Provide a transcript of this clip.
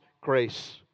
grace